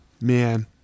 man